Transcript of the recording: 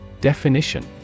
Definition